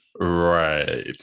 Right